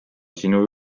sinu